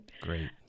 Great